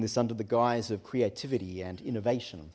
this under the guise of creativity and innovation